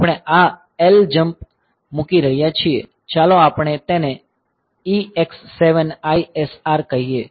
આપણે આ ljmp મૂકી રહ્યા છીએ ચાલો આપણે તેને EX7ISR કહીએ